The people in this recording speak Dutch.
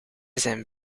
zijn